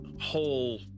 whole